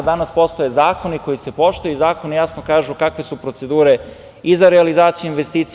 Danas postoje zakoni koji se poštuju i zakoni jasno kažu kakve su procedure i za realizaciju investicija.